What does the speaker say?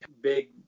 big